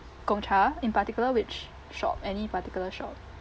Gong Cha in particular which shop any particular shop